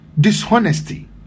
dishonesty